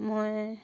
মই